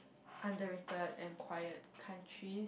underrated and quiet countries